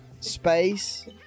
space